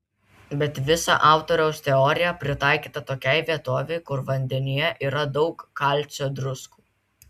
bet visa autoriaus teorija pritaikyta tokiai vietovei kur vandenyje yra daug kalcio druskų